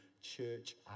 Church